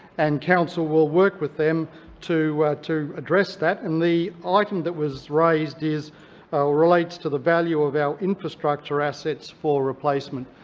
and council will work with them to to address that. and the item that was raised relates to the value of our infrastructure assets for replacement.